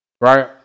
Right